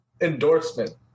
Endorsement